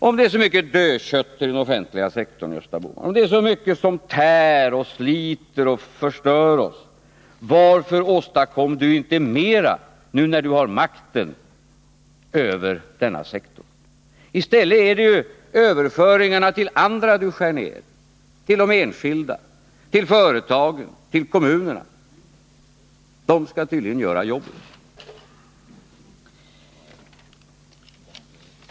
Om det är så mycket dödkött i den offentliga sektorn, Gösta Bohman, om det är så mycket som tär och sliter och förstör oss, varför åstadkommer ni inte mera, nu när ni har makten över denna sektor? I stället är det ju överföringarna till andra som ni skär ned — till de enskilda, till företagen, till kommunerna. De skall tydligen göra jobbet.